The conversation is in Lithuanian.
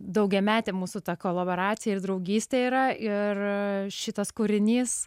daugiametė mūsų ta kolaboracija ir draugystė yra ir šitas kūrinys